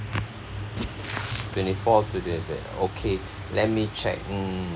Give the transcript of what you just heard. twenty fourth okay let me check mm